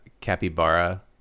Capybara